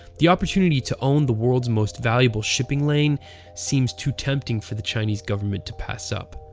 the opportunity to own the world's most valuable shipping lane seems too tempting for the chinese government to pass up.